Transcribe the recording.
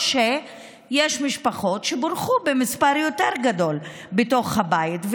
שיש משפחות שבורכו במספר יותר גדול בתוך הבית,